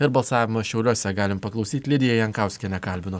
ir balsavimo šiauliuose galime paklausyti lidija jankauskienė kalbino